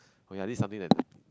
oh ya this is something that